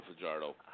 Fajardo